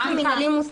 מינהלי.